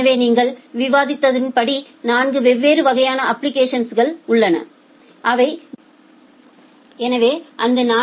எனவே நீங்கள் விவாதித்தபடி 4 வெவ்வேறு வகையான அப்ளிகேஷன்ஸ்கள் உள்ளன அவை வெவ்வேறு நெட்வொர்க் சூழலில் பரந்த தொகுதி சேவை வகைகளின் தரம் குறித்து நீங்கள் இன்னும் சிறுமணி வரையறைகளைக் கொண்டிருக்கலாம்